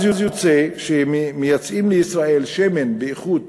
אז יוצא שמייצאים לישראל שמן באיכות